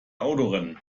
autorennen